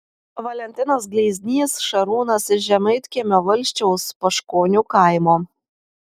valentinas gleiznys šarūnas iš žemaitkiemio valsčiaus paškonių kaimo